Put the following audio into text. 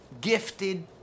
gifted